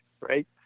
right